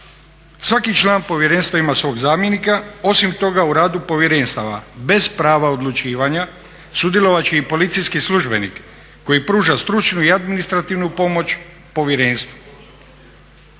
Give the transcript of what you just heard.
Svaki član povjerenstva ima svog zamjenika. Osim toga, u radu povjerenstava bez prava odlučivanja sudjelovat će i policijski službenik koji pruža stručnu i administrativnu pomoć povjerenstvu.